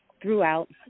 throughout